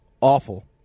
awful